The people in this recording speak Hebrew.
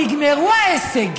תקשיבי,